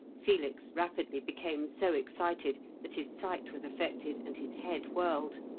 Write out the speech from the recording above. felix rapidly became so excited that his sight was affected, and his head whirled.